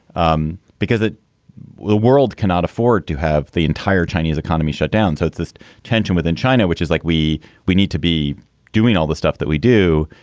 um because the the world cannot afford to have the entire chinese economy shut down so it's this tension within china, which is like we we need to be doing all the stuff that we do.